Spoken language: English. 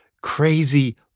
crazy